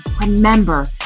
remember